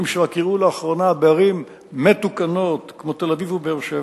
לאחרונה בערים מתוקנות כמו תל-אביב ובאר-שבע.